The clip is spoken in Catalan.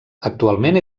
actualment